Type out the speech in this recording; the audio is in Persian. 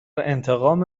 انتقام